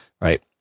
Right